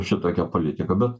šitokią politiką bet